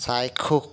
চাক্ষুষ